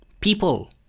people